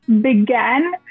began